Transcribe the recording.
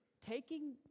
taking